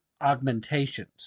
augmentations